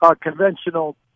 conventional